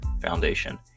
foundation